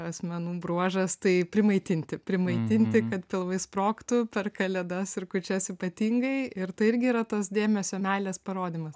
asmenų bruožas tai primaitinti primaitinti kad pilvai sprogtų per kalėdas ir kūčias ypatingai ir tai irgi yra tas dėmesio meilės parodymas